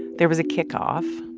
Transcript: there was a kickoff.